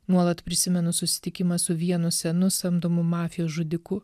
nuolat prisimenu susitikimą su vienu senu samdomu mafijos žudiku